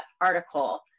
article